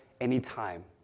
anytime